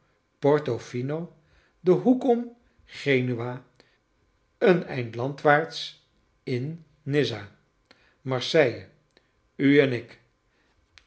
fino den hoek om genua een eind landwaarts in nizza marseille u en ik